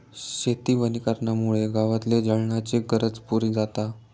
शेती वनीकरणामुळे गावातली जळणाची गरज पुरी जाता